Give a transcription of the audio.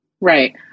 Right